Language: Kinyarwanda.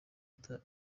etaje